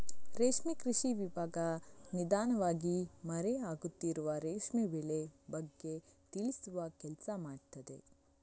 ರೇಷ್ಮೆ ಕೃಷಿ ವಿಭಾಗ ನಿಧಾನವಾಗಿ ಮರೆ ಆಗುತ್ತಿರುವ ರೇಷ್ಮೆ ಬೆಳೆ ಬಗ್ಗೆ ತಿಳಿಸುವ ಕೆಲ್ಸ ಮಾಡ್ತಿದೆ